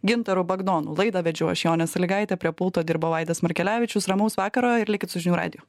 gintaru bagdonu laidą vedžiau aš jonė salygaitė prie pulto dirbo vaidas markelevičius ramaus vakaro ir likit su žinių radiju